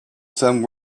some